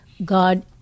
God